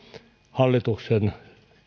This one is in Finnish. hallituksen